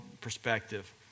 perspective